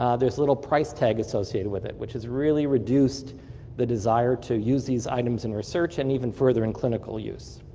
um there's a little pricetag associated with it, which has really reduced the desire to use these items in research and even further in clinical use.